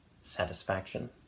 satisfaction